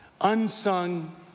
unsung